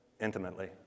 intimately